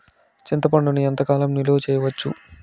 చింతపండును ఎంత కాలం నిలువ చేయవచ్చు?